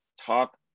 talk